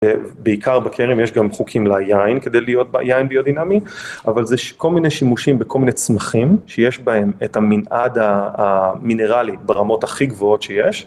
אה, ו-בעיקר בכרם יש גם חוקים ליין כדי להיות ב-יין ביודינמי, אבל זה ש-כל מיני שימושים בכל מיני צמחים, שיש בהם את המנעד ה-ה-מינרלי, ברמות הכי גבוהות שיש.